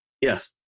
Yes